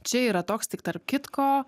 čia yra toks tik tarp kitko